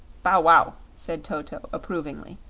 bow-wow! said toto, approvingly.